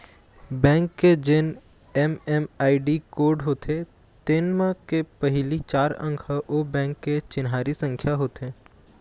bank के जेन MMID code होथे तेन म के पहिली चार अंक ह ओ बेंक के चिन्हारी संख्या होथे